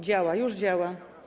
Działa, już działa.